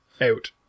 out